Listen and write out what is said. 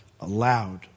aloud